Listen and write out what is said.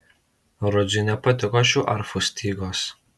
rudziui nepatiko šių arfų stygos